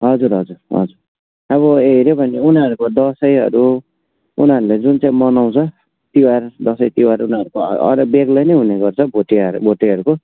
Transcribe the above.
हजुर हजुर हजुर अब हेर्यो भने उनीहरको दसैँहरू उनीहरूले जुन चाहिँ मनाउँछ तिहार दसैँ तिहार उनीहरूको अरू बेग्लै नै हुनेगर्छ भुटिया भोटेहरूको